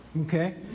Okay